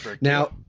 Now